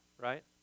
right